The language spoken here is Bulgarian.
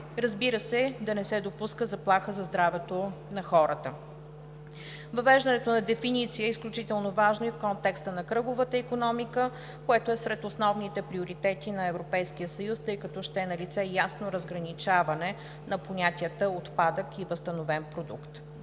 разбира се, да не се допуска заплаха за здравето на хората. Въвеждането на дефиниция е изключително важно и в контекста на кръговата икономика, което е сред основните приоритети на Европейския съюз, тъй като ще е налице ясно разграничаване на понятията „отпадък“ и „възстановен продукт“.